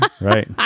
right